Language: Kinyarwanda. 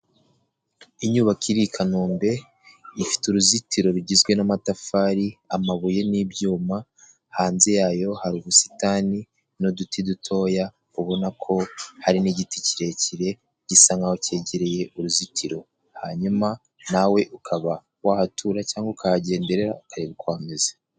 Inyubako iri i Kanombe, ifite uruzitiro rugizwe n'amatafari, amabuye n'ibyuma, hanze yayo hari ubusitani n'uduti dutoya, ubona ko hari n'igiti kirekire gisa nk'aho cyegereye uruzitiro. Hanyuma nawe ukaba wahatura cyangwa ukahagenderera ukareba uko hameze.